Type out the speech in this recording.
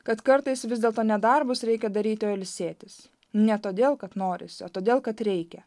kad kartais vis dėlto ne darbus reikia daryti o ilsėtis ne todėl kad norisi o todėl kad reikia